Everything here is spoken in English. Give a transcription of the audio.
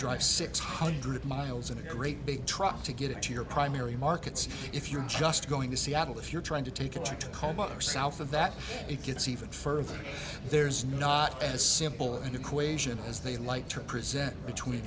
drive six hundred miles and a great big truck to get it to your primary markets if you're just going to seattle if you're trying to take a trip to come other south of that it gets even further there's not as simple equation as they like to present between